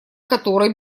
которой